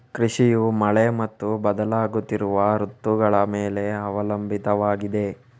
ಕೃಷಿಯು ಮಳೆ ಮತ್ತು ಬದಲಾಗುತ್ತಿರುವ ಋತುಗಳ ಮೇಲೆ ಅವಲಂಬಿತವಾಗಿದೆ